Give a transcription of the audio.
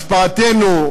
השפעתנו,